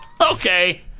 Okay